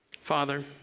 Father